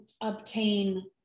obtain